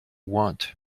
want